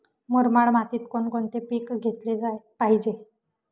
मुरमाड मातीत कोणकोणते पीक घेतले पाहिजे?